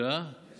יש